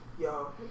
Yo